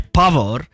power